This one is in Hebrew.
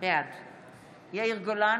בעד יאיר גולן,